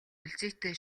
өлзийтэй